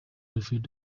alfred